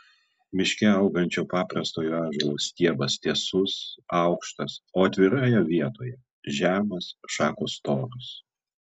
miške augančio paprastojo ąžuolo stiebas tiesus aukštas o atviroje vietoje žemas šakos storos